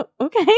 okay